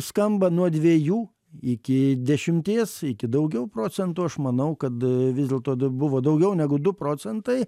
skamba nuo dviejų iki dešimties iki daugiau procentų aš manau kad vis dėlto buvo daugiau negu du procentai